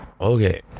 Okay